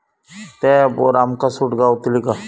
त्या ऍपवर आमका सूट गावतली काय?